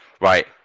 Right